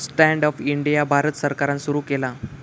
stand up India भारत सरकारान सुरू केला